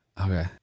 Okay